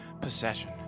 possession